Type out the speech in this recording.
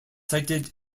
cited